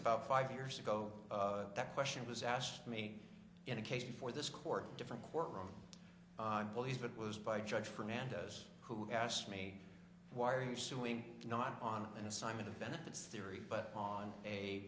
about five years ago that question was asked me in a case before this court different court room i believe it was by judge fernandez who asked me why are you suing not on an assignment of benefits theory but on a